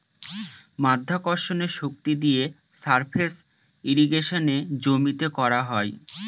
মাধ্যাকর্ষণের শক্তি দিয়ে সারফেস ইর্রিগেশনে জমিতে করা হয়